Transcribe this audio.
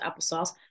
applesauce